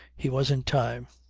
he was in time.